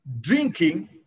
drinking